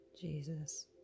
Jesus